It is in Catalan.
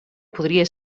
podria